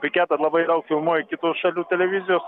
piketą labai daug filmuoja kitų šalių televizijos